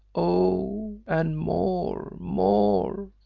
oh! and more, more,